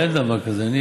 אין דבר כזה.